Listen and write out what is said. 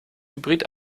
hybrid